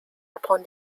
upon